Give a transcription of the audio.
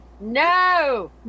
No